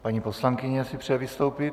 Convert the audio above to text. Paní poslankyně si přeje vystoupit.